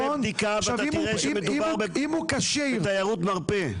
תעשה בדיקה ואתה תראה שמדובר בתיירות מרפא.